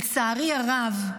לצערי הרב,